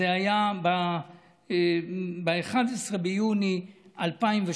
זה היה ב-11 ביוני 2008,